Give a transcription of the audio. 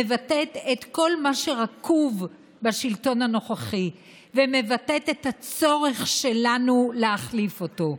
מבטאת את כל מה שרקוב בשלטון הנוכחי ומבטאת את הצורך שלנו להחליף אותו.